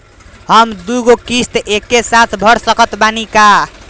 हम दु गो किश्त एके साथ भर सकत बानी की ना?